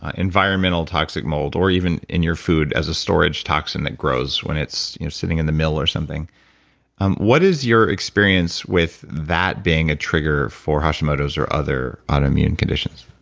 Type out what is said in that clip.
environmental toxic mold, or even in your food as a storage toxin that grows when it's sitting in the mill or something um what is your experience with that being a trigger for hashimoto's or other autoimmune conditions?